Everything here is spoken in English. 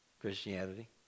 Christianity